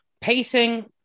Pacing